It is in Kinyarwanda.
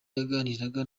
yaganiraga